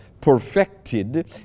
perfected